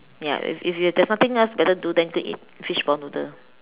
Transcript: ya if if there's nothing else better to do then go and eat fishball noodle